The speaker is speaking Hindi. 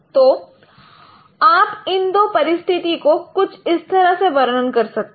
तो आप इन दो परिस्थिति को कुछ इस तरह से वर्णन कर सकते हैं